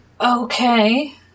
Okay